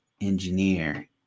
engineer